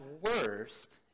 worst